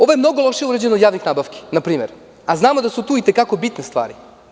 Ovo je mnogo lošije uređeno od javnih nabavki, a znamo da su tu i te kako bitne stvari.